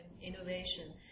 innovation